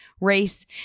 race